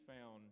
found